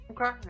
Okay